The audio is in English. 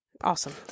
Awesome